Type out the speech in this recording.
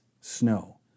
snow